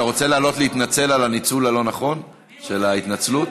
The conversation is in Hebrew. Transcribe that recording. אתה רוצה לעלות להתנצל על הניצול הלא-נכון של ההתנצלות?